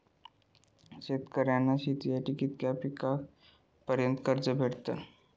शेतकऱ्यांका शेतीसाठी कितक्या पर्यंत कर्ज भेटताला?